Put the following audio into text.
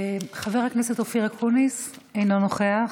חבר הכנסת אופיר אקוניס, אינו נוכח,